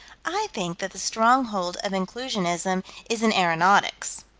i think that the stronghold of inclusionism is in aeronautics.